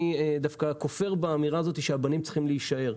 אני דווקא כופר באמירה הזאת שהבנים צריכים להישאר.